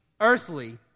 earthly